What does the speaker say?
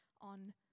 on